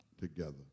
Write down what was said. together